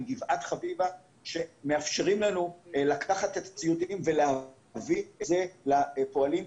עם גבעת חביבה שמאפשרים לנו לקחת את הציוד ולהביא אותם לפועלים,